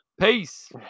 Peace